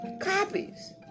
copies